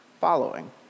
following